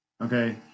okay